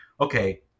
okay